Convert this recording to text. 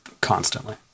constantly